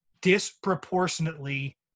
disproportionately